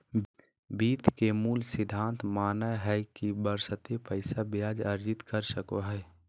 वित्त के मूल सिद्धांत मानय हइ कि बशर्ते पैसा ब्याज अर्जित कर सको हइ